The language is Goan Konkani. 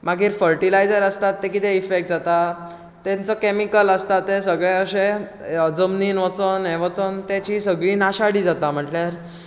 मागीर फर्टिलायजर आसता तें कितें इफेक्ट जाता तेंचो कॅमिकल आसता ते सगळे अशें जमनींत वचोन हे वचोन तेची सगळी नाशाडी जाता म्हळ्यार